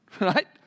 right